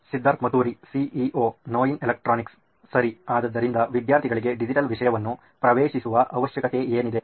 Siddharth Maturi CEO ನೋಯಿನ್ electronics ಸರಿ ಆದ್ದರಿಂದ ವಿದ್ಯಾರ್ಥಿಗಳಿಗೆ ಡಿಜಿಟಲ್ ವಿಷಯವನ್ನು ಪ್ರವೇಶಿಸುವ ಅವಶ್ಯಕತೆ ಏನಿದೆ